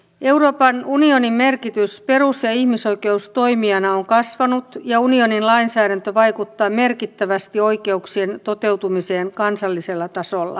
euroopan unionin merkitys perus ja ihmisoikeustoimijana on kasvanut ja unionin lainsäädäntö vaikuttaa merkittävästi oikeuksien toteutumiseen kansallisella tasolla